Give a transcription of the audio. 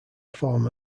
form